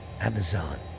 Amazon